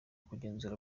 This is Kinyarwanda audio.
kugenzura